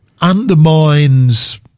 undermines